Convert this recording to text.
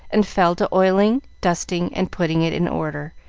and fell to oiling, dusting, and putting it in order,